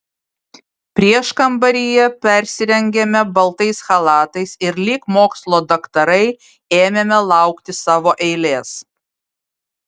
prieškambaryje persirengėme baltais chalatais ir lyg mokslo daktarai ėmėme laukti savo eilės